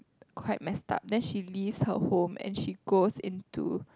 quite messed up then she leave her home and she goes into